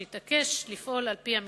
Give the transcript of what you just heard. שהתעקש לפעול על-פי המתווה.